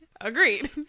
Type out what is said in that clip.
agreed